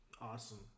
Awesome